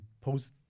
post